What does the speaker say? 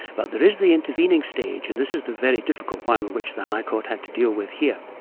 but there is the intervening stage, and this is the very difficult one which the high court had to deal with here.